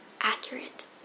accurate